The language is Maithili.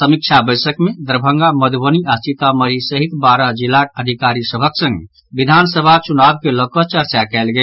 समीक्षा बैसक मे दरभंगा मधुबनी आओर सीतामढ़ी सहित बारह जिलाक अधिकारी सभक संग विधानसभा चुनाव के लऽ कऽ चर्चा कयल गेल